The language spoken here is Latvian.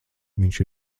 viņš